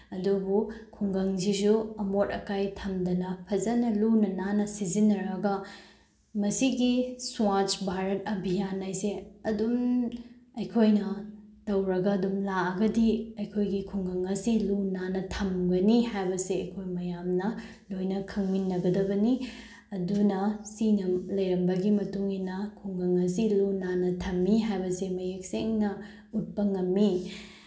ꯑꯗꯨꯕꯨ ꯈꯨꯡꯒꯪꯁꯤꯁꯨ ꯑꯃꯣꯠ ꯑꯀꯥꯏ ꯊꯝꯗꯅ ꯐꯖꯅ ꯂꯨꯅ ꯅꯥꯟꯅ ꯁꯤꯖꯤꯟꯅꯔꯒ ꯃꯁꯤꯒꯤ ꯁ꯭ꯋꯥꯁ ꯚꯥꯔꯠ ꯑꯚꯤꯌꯥꯟ ꯍꯥꯏꯁꯦ ꯑꯗꯨꯝ ꯑꯩꯈꯣꯏꯅ ꯇꯧꯔꯒ ꯑꯗꯨꯝ ꯂꯥꯛꯑꯒꯗꯤ ꯑꯩꯈꯣꯏꯒꯤ ꯈꯨꯡꯒꯪ ꯑꯁꯤ ꯂꯨ ꯅꯥꯟꯅ ꯊꯝꯒꯅꯤ ꯍꯥꯏꯕꯁꯦ ꯑꯩꯈꯣꯏ ꯃꯌꯥꯝꯅ ꯂꯣꯏꯅ ꯈꯪꯃꯤꯟꯅꯒꯅꯤ ꯑꯗꯨꯅ ꯁꯤꯅ ꯂꯩꯔꯝꯕꯒꯤ ꯃꯇꯨꯡꯏꯟꯅ ꯈꯨꯡꯒꯪ ꯑꯁꯤ ꯂꯨꯅ ꯅꯥꯟꯅ ꯊꯝꯃꯤ ꯍꯥꯏꯕꯁꯦ ꯃꯌꯦꯛ ꯁꯦꯡꯅ ꯎꯠꯄ ꯉꯝꯃꯤ